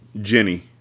Jenny